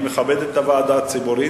אני מכבד את הוועדה הציבורית,